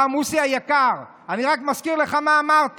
אה, מוסי היקר, אני רק מזכיר לך מה שאמרת.